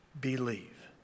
believe